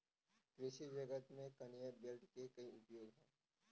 कृषि जगत में कन्वेयर बेल्ट के कई उपयोग हैं